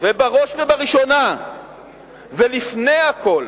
ובראש ובראשונה ולפני הכול